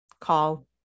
call